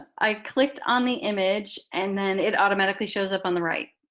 i clicked on the image and then it automatically shows up on the right.